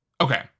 Okay